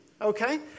Okay